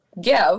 give